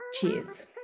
Cheers